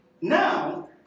Now